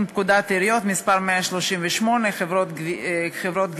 פקודת העיריות (מס' 138) (חברות גבייה)